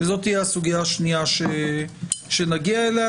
וזאת תהיה הסוגיה השנייה שנגיע אליה.